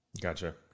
Gotcha